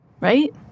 Right